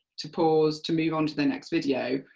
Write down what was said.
to pause, to move on to the next video,